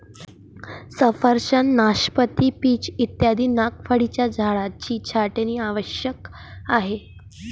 सफरचंद, नाशपाती, पीच इत्यादी पानगळीच्या झाडांची छाटणी आवश्यक आहे